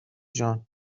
جان